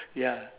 ya